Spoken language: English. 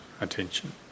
attention